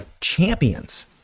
Champions